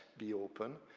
be open,